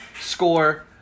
score